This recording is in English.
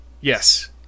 Yes